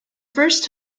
first